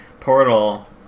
Portal